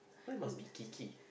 why must be Keke